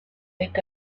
est